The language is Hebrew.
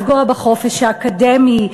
לפגוע בחופש האקדמי.